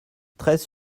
treize